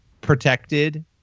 protected